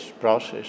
process